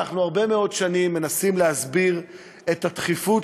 אנחנו הרבה מאוד שנים מנסים להסביר את הדחיפות